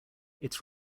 its